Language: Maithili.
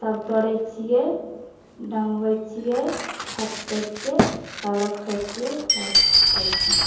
तब तौड़े छियै डँगबै छियै फटकै छियै तब रखै छियै तब खाइ छियै